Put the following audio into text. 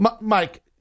Mike